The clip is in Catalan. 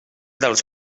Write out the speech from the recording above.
dels